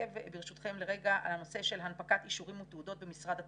אתעכב לרגע על הנושא של הנפקת אישורים ותעודות במשרד התחבורה.